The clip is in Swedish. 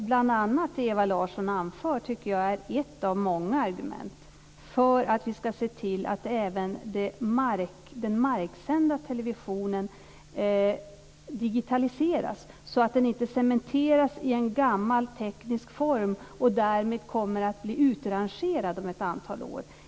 Bl.a. det som Ewa Larsson anför tycker jag är ett av många argument för att vi skall se till att även den marksända televisionen digitaliseras, så att den inte cementeras i en gammal teknisk form och därmed kommer att bli utrangerad om ett antal år.